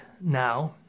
now